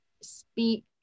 speak